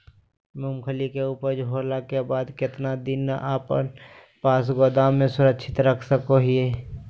मूंगफली के ऊपज होला के बाद कितना दिन अपना पास गोदाम में सुरक्षित रख सको हीयय?